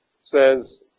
says